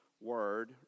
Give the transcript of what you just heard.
word